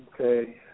Okay